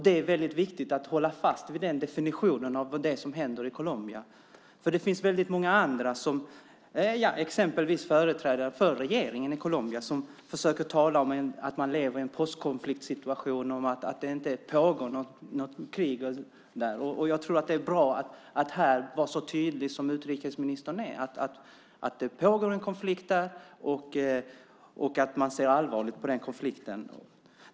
Det är väldigt viktigt att hålla fast vid den definitionen av det som händer i Colombia. Det finns väldigt många, exempelvis företrädare för regeringen i Colombia, som försöker tala om att man lever i en postkonfliktsituation och att det inte pågår något krig. Jag tror att det är bra att här vara så tydlig som utrikesministern är, att det pågår en konflikt där och att man ser allvarligt på den konflikten.